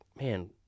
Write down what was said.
man